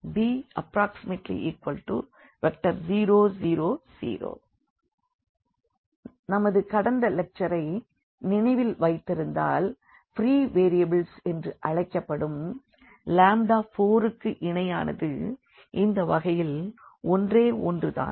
b0 0 0 நமது கடந்த லெக்சரை நினைவில் வைத்திருந்தால் ஃப்ரீ வேரியபிள்ஸ் என்று அழைக்கப்படும் 4க்கு இணையானது இந்த வகையில் ஒன்றே ஒன்று தான்